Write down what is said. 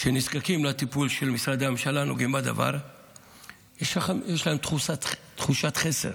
שנזקקים לטיפול של משרדי הממשלה הנוגעים בדבר יש תחושת חסר.